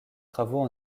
travaux